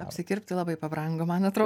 apsikirpti labai pabrango man atro